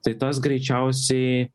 tai tas greičiausiai